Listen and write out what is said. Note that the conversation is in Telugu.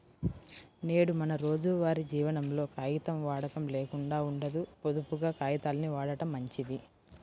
నేడు మన రోజువారీ జీవనంలో కాగితం వాడకం లేకుండా ఉండదు, పొదుపుగా కాగితాల్ని వాడటం మంచిది